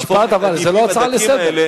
משפט, אבל זה לא הצעה לסדר-היום.